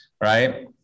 right